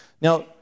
now